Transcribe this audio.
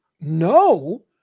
No